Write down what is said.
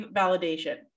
validation